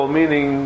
meaning